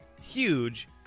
huge